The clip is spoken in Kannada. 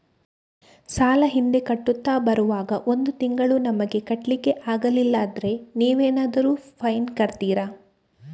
ಸಾಲ ಹಿಂದೆ ಕಟ್ಟುತ್ತಾ ಬರುವಾಗ ಒಂದು ತಿಂಗಳು ನಮಗೆ ಕಟ್ಲಿಕ್ಕೆ ಅಗ್ಲಿಲ್ಲಾದ್ರೆ ನೀವೇನಾದರೂ ಫೈನ್ ಹಾಕ್ತೀರಾ?